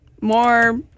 more